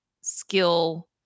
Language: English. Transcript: skill